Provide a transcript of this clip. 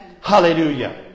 Hallelujah